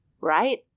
right